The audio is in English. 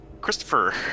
Christopher